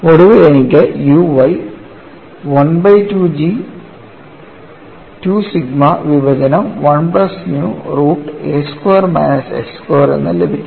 ഒടുവിൽ എനിക്ക് u y 1 by 2 G 2 sigma വിഭജനം 1 plus new root a square minus x square എന്ന് ലഭിക്കും